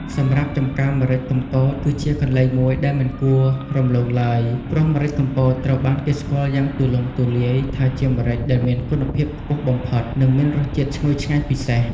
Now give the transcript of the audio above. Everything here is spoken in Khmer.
សម្រាប់ចម្ការម្រេចកំពត គឺជាកន្លែងមួយដែលមិនគួររំលងឡើយ ព្រោះម្រេចកំពតត្រូវបានគេស្គាល់យ៉ាងទូលំទូលាយថាជាម្រេចដែលមានគុណភាពខ្ពស់បំផុត និងមានរសជាតិឈ្ងុយឆ្ងាញ់ពិសេស។